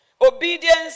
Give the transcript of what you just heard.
Obedience